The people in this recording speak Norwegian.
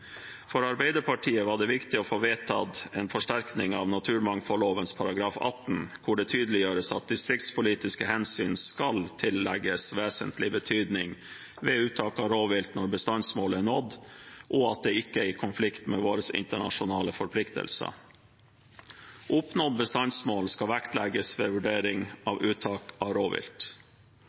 For Arbeiderpartiet var det viktig å få vedtatt en forsterking av naturmangfoldloven § 18 hvor det tydeliggjøres at distriktspolitiske hensyn skal tillegges vesentlig betydning ved uttak av rovvilt når bestandsmålet er nådd, og at det ikke er i konflikt med våre internasjonale forpliktelser. Oppnådd bestandsmål skal vektlegges ved vurdering av uttak av rovvilt.